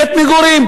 בית מגורים.